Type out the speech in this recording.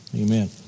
amen